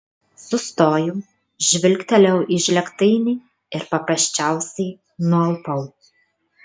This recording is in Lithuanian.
sustojau žvilgtelėjau į žlėgtainį ir paprasčiausiai nualpau